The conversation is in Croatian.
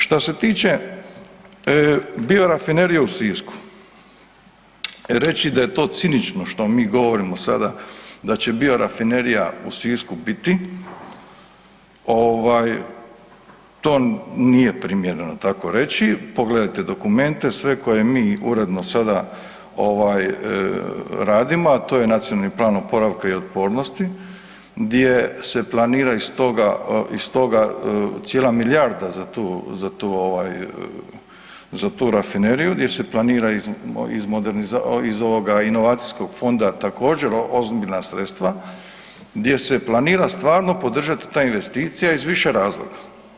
Šta se tiče biorafinerije u Sisku, reći da je to cinično što mi govorimo sada, da će biorafinerija u Sisku biti, to nije primjereno tako reći, pogledajte dokumente sve koje mi uredno sada radimo a to Nacionalni plan oporavka i otpornosti gdje se planira iz toga cijela milijardu za tu rafineriju, gdje se planira iz ovoga inovacijskog fonda također ozbiljna sredstva, gdje se planira stvarno podržat ta investicija iz više razloga.